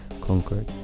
conquered